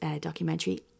documentary